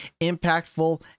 impactful